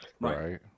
Right